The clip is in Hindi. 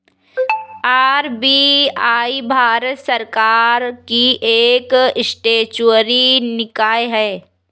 आर.बी.आई भारत सरकार की एक स्टेचुअरी निकाय है